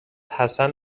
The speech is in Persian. حسن